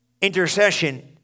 Intercession